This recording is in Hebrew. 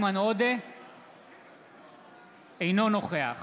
אינו נוכח